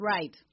Right